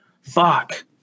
Fuck